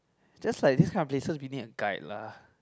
just like this kind of places we need a guide lah